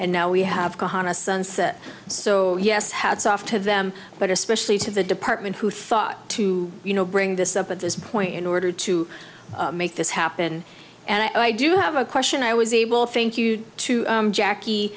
and now we have gone a sunset so yes hats off to them but especially to the department who thought to you know bring this up at this point in order to make this happen and i do have a question i was able t